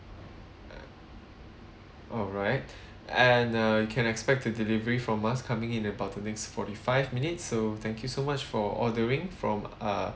alright and uh you can expect the delivery from us coming in about the next forty five minutes so thank you so much for ordering from uh